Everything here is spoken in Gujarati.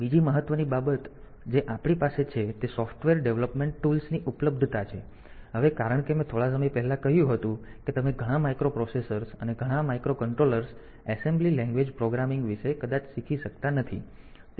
બીજી મહત્વની બાબત જે આપણી પાસે છે તે સોફ્ટવેર ડેવલપમેન્ટ ટૂલ્સ ની ઉપલબ્ધતા છે હવે કારણ કે મેં થોડા સમય પહેલા કહ્યું હતું કે તમે ઘણા માઇક્રોપ્રોસેસર્સ અને માઇક્રોકન્ટ્રોલર્સ એસેમ્બલી લેંગ્વેજ પ્રોગ્રામિંગ વિશે કદાચ શીખી શકતા નથી